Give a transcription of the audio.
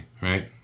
right